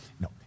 No